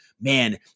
man